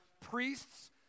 priests